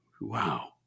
wow